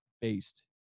based